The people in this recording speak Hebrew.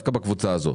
דווקא בקבוצה הזאת,